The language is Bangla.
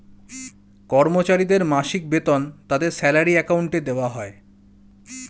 কর্মচারীদের মাসিক বেতন তাদের স্যালারি অ্যাকাউন্টে দেওয়া হয়